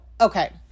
okay